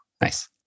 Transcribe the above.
Nice